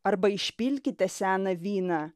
arba išpilkite seną vyną